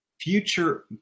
future